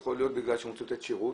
יכול להיות בגלל שהן רוצות לתת שירות,